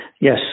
yes